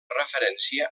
referència